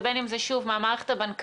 ובין אם זה מהמערכת הבנקאית,